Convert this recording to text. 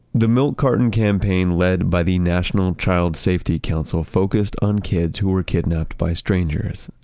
the milk carton campaign led by the national child safety council focused on kids who are kidnapped by strangers,